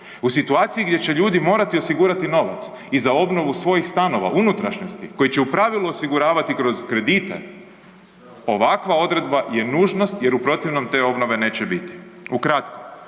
U situaciji gdje će ljudi morati osigurati novac i za obnovu svojih stanova, unutrašnjosti koje će u pravilu osiguravati kroz kredite, ovakva odredba je nužnost jer u protivnom te obnove neće biti.